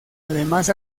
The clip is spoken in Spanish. además